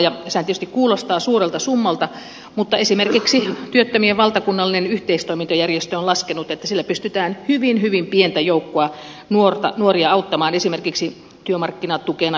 sehän tietysti kuulostaa suurelta summalta mutta esimerkiksi työttömien valtakunnallinen yhteistoimintajärjestö on laskenut että sillä pystytään auttamaan hyvin hyvin pientä joukkoa nuoria esimerkiksi työmarkkinatuella ylläpitokorvauksilla